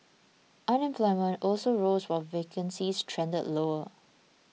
unemployment also rose while vacancies trended lower